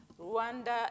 Rwanda